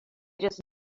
just